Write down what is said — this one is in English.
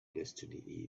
destiny